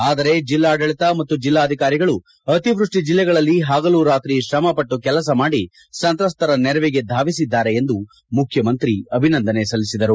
ಆದರೆ ಜಿಲ್ಲಾಡಳಿತ ಮತ್ತು ಜಿಲ್ಲಾಧಿಕಾರಿಗಳು ಅತಿವ್ಯಷ್ಟಿ ಜಿಲ್ಲೆಗಳಲ್ಲಿ ಪಗಲು ರಾತ್ರಿ ಶ್ರಮ ಪಟ್ಟು ಕೆಲಸ ಮಾಡಿ ಸಂತ್ರಸ್ತರ ನೆರವಿಗೆ ಧಾವಿಸಿದ್ದಾರೆ ಎಂದು ಮುಖ್ಯಮಂತ್ರಿ ಅಭಿನಂದನೆ ಸಲ್ಲಿಸಿದರು